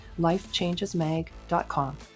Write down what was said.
lifechangesmag.com